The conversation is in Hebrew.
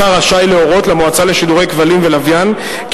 השר רשאי להורות למועצה לשידורי כבלים ולשידורי לוויין כי